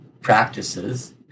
practices